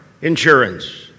insurance